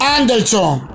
Anderson